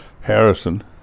Harrison